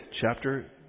Chapter